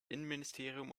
innenministerium